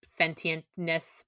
sentientness